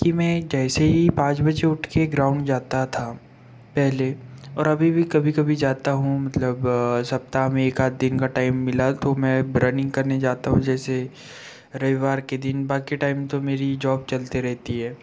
कि मैं जैसे ही पाँच बजे उठ के ग्राउंड जाता था पहले और अभी भी कभी कभी जाता हूँ मतलब सप्ताह में एकाध दिन का टाइम मिला तो मैं ब रनिंग करने जाता हूँ जैसे रविवार के दिन बाकी टाइम तो मेरी जॉब चलते रहती है